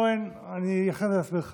לא, אין, אני אחרי זה אסביר לך.